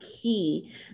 key